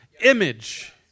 image